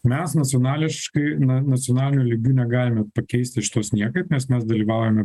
mes nacionališkai na nacionaliniu lygiu negalime pakeisti šitos niekaip nes mes dalyvaujame